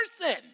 person